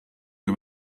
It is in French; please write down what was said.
que